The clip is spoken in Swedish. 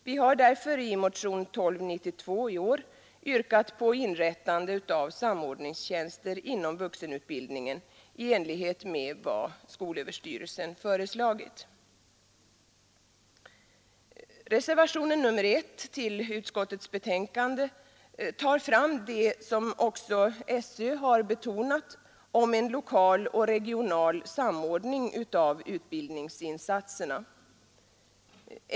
Vi har därför i motionen 1292 i år yrkat på inrättande av samordningstjänster inom vuxenutbildningen i enlighet med vad skolöverstyrelsen föreslagit. Reservationen 1 till utskottets betänkande tar fram det som också SÖ betonat om en lokal och regional samordning av utbildningsinsatserna.